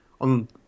on